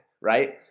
Right